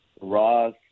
Ross